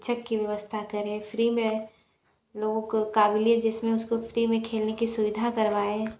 शिक्षक की व्यवस्था करें फ्री में लोगों को काबिलियत जिसमें उसको फ्री में खेलने की सुविधा करवाएं